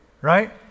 right